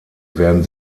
werden